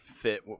fit